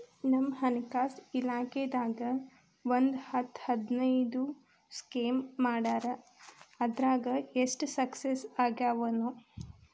ನಮ್ ಹಣಕಾಸ್ ಇಲಾಖೆದಾಗ ಒಂದ್ ಹತ್ತ್ ಹದಿನೈದು ಸ್ಕೇಮ್ ಮಾಡ್ಯಾರ ಅದ್ರಾಗ ಎಷ್ಟ ಸಕ್ಸಸ್ ಆಗ್ಯಾವನೋ